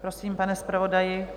Prosím, pane zpravodaji.